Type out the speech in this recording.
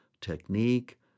technique